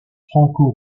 franco